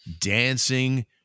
dancing